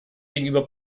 gegenüber